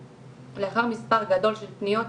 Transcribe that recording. לאחר מספר גדול של פניות,